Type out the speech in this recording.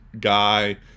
guy